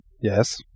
Yes